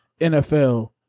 NFL